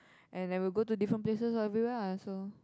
and then we'll go to different places everywhere ah so